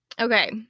Okay